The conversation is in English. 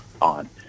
on